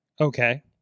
Okay